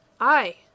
Aye